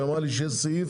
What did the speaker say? היא אמרה לי שיש סעיף.